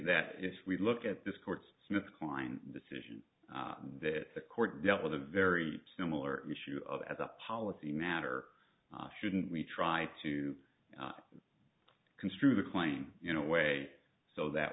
that if we look at this court's smith kline decision that the court dealt with a very similar issue of as a policy matter shouldn't we try to construe the claim you know way so that